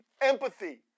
empathy